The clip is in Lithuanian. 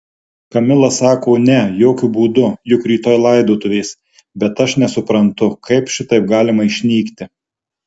kamila sako ne jokiu būdu juk rytoj laidotuvės bet aš nesuprantu kaip šitaip galima išnykti